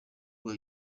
rwa